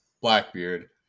blackbeard